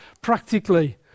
practically